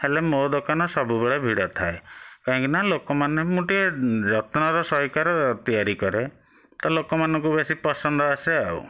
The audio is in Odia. ହେଲେ ମୋ ଦୋକାନ ସବୁବେଳେ ଭିଡ଼ ଥାଏ କାହିଁକିନା ଲୋକମାନେ ମୁଁ ଟିକେ ଯତ୍ନର ସହକାରେ ତିଆରି କରେ ତ ଲୋକମାନଙ୍କୁ ବେଶୀ ପସନ୍ଦ ଆସେ ଆଉ